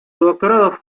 doctorado